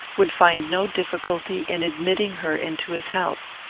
would find no difficulty in admitting her into his house.